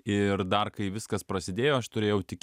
ir dar kai viskas prasidėjo aš turėjau tik